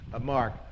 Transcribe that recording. Mark